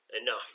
enough